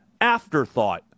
afterthought